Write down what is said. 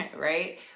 right